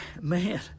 Man